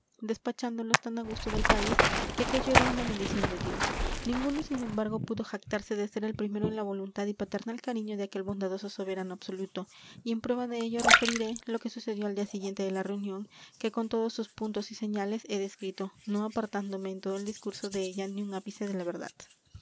boca despachándolos tan a gusto del país que aquello era una bendición de dios ninguno sin embargo pudo jactarse de ser el primero en la voluntad y paternal cariño de aquel bondadoso soberano absoluto y en prueba de ello referiré lo que sucedió al día siguiente de la reunión que con todos sus puntos y señales he descrito no apartándome en todo el discurso de ella ni un ápice de la verdad